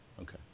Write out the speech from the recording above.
Okay